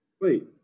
Wait